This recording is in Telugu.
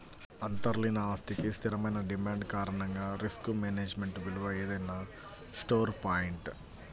అంతర్లీన ఆస్తికి స్థిరమైన డిమాండ్ కారణంగా రిస్క్ మేనేజ్మెంట్ విలువ ఏదైనా స్టోర్ పాయింట్